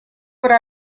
would